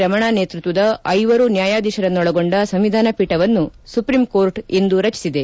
ರಮಣ ನೇತ್ಯಕ್ಷದ ಐವರು ನ್ಯಾಯಾಧೀಶರನ್ನೊಳಗೊಂಡ ಸಂವಿಧಾನ ಪೀಠವನ್ನು ಸುಪ್ರಿಂಕೋರ್ಟ್ ಇಂದು ರಚಿಸಿದೆ